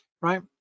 right